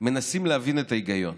מנסים להבין את ההיגיון.